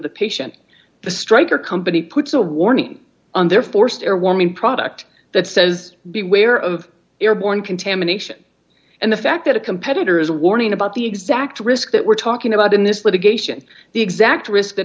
the patient the striker company puts a warning on their forced air warming product that says beware of airborne contamination and the fact that a competitor is warning about the exact risk that we're talking about in this litigation the exact risk that